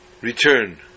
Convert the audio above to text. Return